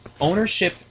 Ownership